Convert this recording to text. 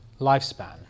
lifespan